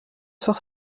soir